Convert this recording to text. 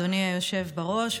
אדוני היושב בראש,